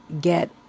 get